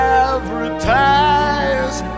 advertise